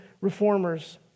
reformers